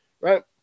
right